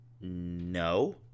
No